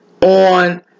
on